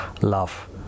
Love